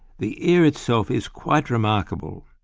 the ear itself is quite remarkable,